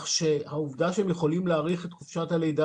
העובדה שהם יכולים להאריך את חופשת הלידה,